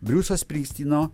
briusas pristyno